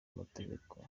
mategeko